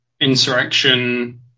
insurrection –